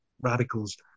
radicals